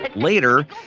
like later,